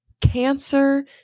cancer